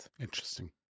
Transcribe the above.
interesting